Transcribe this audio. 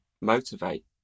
motivate